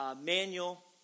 manual